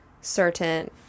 certain